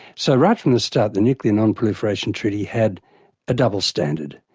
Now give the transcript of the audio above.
so right from the start the nuclear non-proliferation treaty had a double standard.